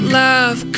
love